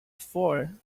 before